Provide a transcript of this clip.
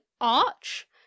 Arch